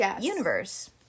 universe